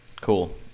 Cool